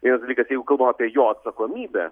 vienas dalykas jeigu kalbam apie jo atsakomybę